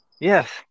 Yes